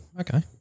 okay